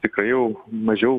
tikrai jau mažiau